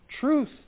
Truth